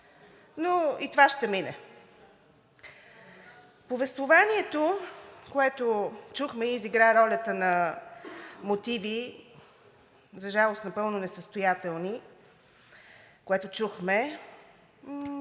Но и това ще мине! Повествованието, което чухме и изигра ролята на мотиви, за жалост, напълно несъстоятелни, беше